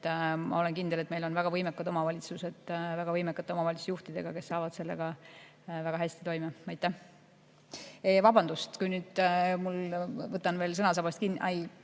Ma olen kindel, et meil on väga võimekad omavalitsused väga võimekate omavalitsusjuhtidega, kes tulevad sellega väga hästi toime. Vabandust, ma võtan veel sõnasabast kinni.